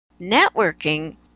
Networking